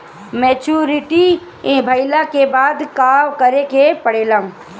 Maturity भईला के बाद का करे के पड़ेला?